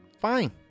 Fine